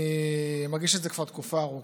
אני מרגיש את זה כבר תקופה ארוכה.